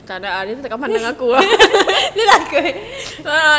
celaka